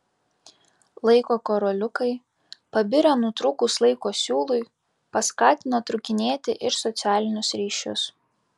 laiko karoliukai pabirę nutrūkus laiko siūlui paskatino trūkinėti ir socialinius ryšius